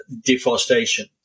deforestation